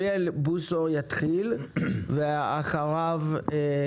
חבר הכנסת